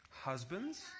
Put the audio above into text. Husbands